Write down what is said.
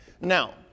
Now